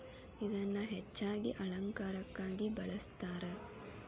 ಇದನ್ನಾ ಹೆಚ್ಚಾಗಿ ಅಲಂಕಾರಕ್ಕಾಗಿ ಬಳ್ಸತಾರ